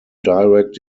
direct